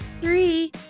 three